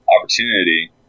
opportunity